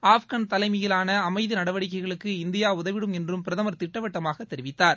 ஆப்கன் தலைமையிலான அமைதி நடவடிக்கைகளுக்கு இந்தியா உதவிடும் என்றும் பிரதமர் திட்டவட்டமாக தெரிவித்தார்